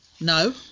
no